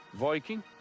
Viking